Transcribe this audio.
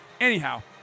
Anyhow